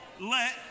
let